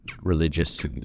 religious